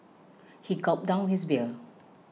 he gulped down his beer